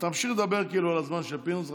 תמשיך לדבר כאילו על הזמן של פינדרוס,